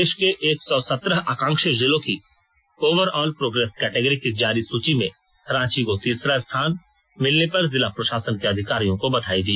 देश के एक सौ सत्रह आकांक्षी जिलों की ओवरऑल प्रोग्रेस कैटेगरी की जारी सूची में रांची को तीसरा स्थाल मिलने पर जिला प्रशासन के अधिकारियों को बधाई दी